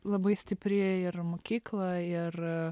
labai stipri ir mokykla ir